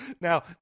Now